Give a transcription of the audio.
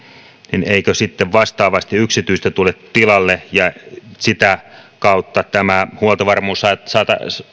niin eikö sitten vastaavasti yksityistä tule tilalle ja sitä kautta tämä huoltovarmuus saattaa